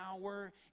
power